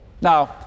Now